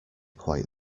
quite